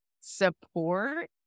support